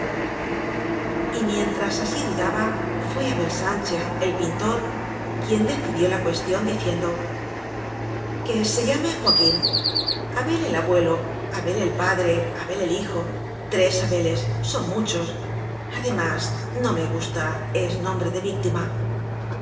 mientras así dudaba fué abel sánchez el pintor quien decidió la cuestión diciendo que se llame joaquín abel el abuelo abel el padre abel el hijo tres abeles son muchos además no me gusta es nombre de víctima